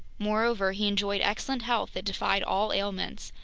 moreover, he enjoyed excellent health that defied all ailments,